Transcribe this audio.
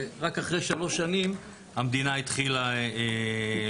ורק אחרי שלוש שנים המדינה התחילה לתקצב.